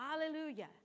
Hallelujah